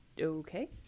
Okay